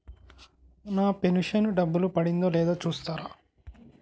నా pension డబ్బులు పడిందో లేదో చూస్తారా?